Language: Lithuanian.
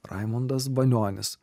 raimundas banionis